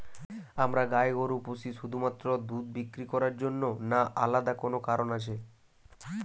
আমরা গাই গরু পুষি শুধুমাত্র দুধ বিক্রি করার জন্য না আলাদা কোনো কারণ আছে?